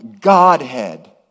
Godhead